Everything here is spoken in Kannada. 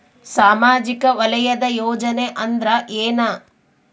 ಸಾಮಾಜಿಕ ವಲಯದ ಯೋಜನೆ ಅಂದ್ರ ಏನ?